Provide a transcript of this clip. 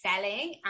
selling